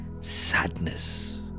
sadness